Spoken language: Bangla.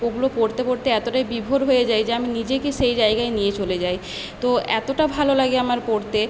ওগুলো পড়তে পড়তে এতটাই বিভোর হয়ে যাই যে আমি নিজেকে সেই জায়গায় নিয়ে চলে যাই তো এতটা ভালো লাগে আমার পড়তে